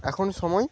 এখন সময়